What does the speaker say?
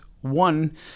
One